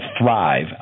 Thrive